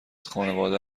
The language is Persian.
خانواده